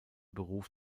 beruf